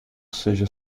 seja